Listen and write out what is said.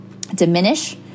diminish